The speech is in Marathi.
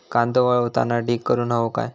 कांदो वाळवताना ढीग करून हवो काय?